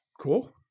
Cool